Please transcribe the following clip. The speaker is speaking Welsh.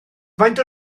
faint